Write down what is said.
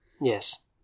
Yes